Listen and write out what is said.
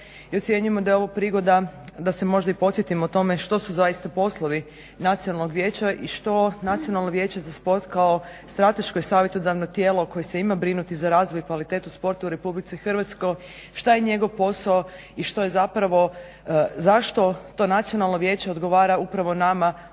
i ocjenjujemo da je ovo prigoda da se možda i podsjetimo tome što su poslovi Nacionalnog vijeća i što Nacionalno vijeće za sport kao strateško i savjetodavno tijelo koje se ima brinuti za razvoj i kvalitetu sporta u RH šta je njegov posao i zašto to Nacionalno vijeće odgovara upravo nama